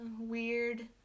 weird